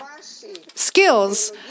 skills